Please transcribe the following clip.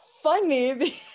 funny